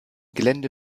gelände